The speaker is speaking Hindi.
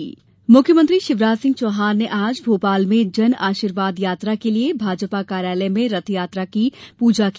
शिवराज रथ मुख्यमंत्री शिवराज सिंह चौहान ने आज भोपाल में जनआशीर्वाद यात्रा के लिये भाजपा कार्यालय में यात्रा रथ की पूजा की